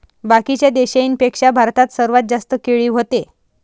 बाकीच्या देशाइंपेक्षा भारतात सर्वात जास्त केळी व्हते